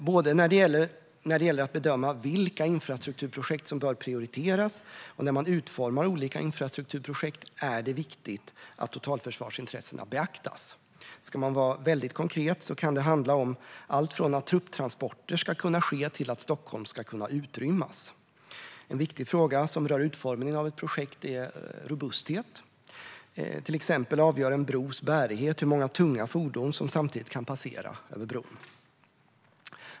Både när det gäller att bedöma vilka infrastrukturprojekt som bör prioriteras och när man utformar olika infrastrukturprojekt är det viktigt att totalförsvarsintressena beaktas. Ska man vara väldigt konkret kan det handla om allt från att trupptransporter ska kunna ske till att Stockholm ska kunna utrymmas. En viktig fråga som rör utformningen av ett projekt är robusthet. Till exempel avgör en bros bärighet hur många tunga fordon som samtidigt kan passera över bron.